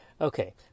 okay